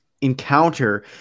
encounter